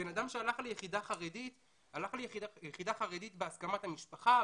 בן אדם שהלך ליחידה חרדית הלך ליחידה חרדית בהסכמת המשפחה,